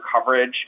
coverage